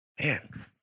Man